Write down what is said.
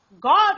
God